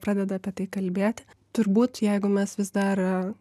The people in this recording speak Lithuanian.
pradeda apie tai kalbėti turbūt jeigu mes vis dar